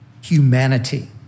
humanity